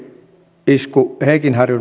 arvoisa puhemies